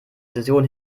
illusion